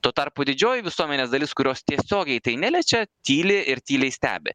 tuo tarpu didžioji visuomenės dalis kurios tiesiogiai tai neliečia tyli ir tyliai stebi